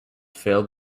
failed